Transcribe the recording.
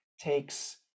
takes